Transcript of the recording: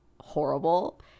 horrible